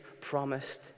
promised